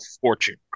fortune